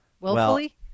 Willfully